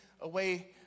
away